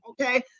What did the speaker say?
Okay